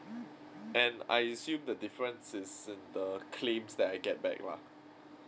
and I assume the difference is in the claims that I get back lah